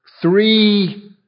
three